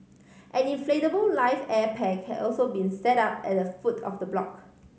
an inflatable life air pack had also been set up at the foot of the block